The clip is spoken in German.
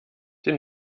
den